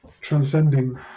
transcending